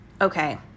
okay